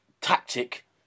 tactic